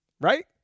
right